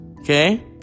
Okay